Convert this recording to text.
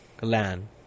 land